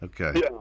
Okay